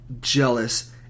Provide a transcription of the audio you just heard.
jealous